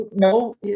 no